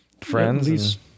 friends